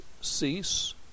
cease